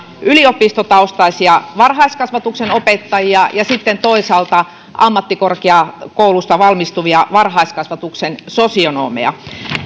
yliopistotaustaisia varhaiskasvatuksen opettajia lastentarhanopettajina ja sitten toisaalta olisi ammattikorkeakoulusta valmistuneita varhaiskasvatuksen sosionomeja